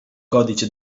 codice